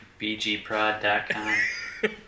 bgprod.com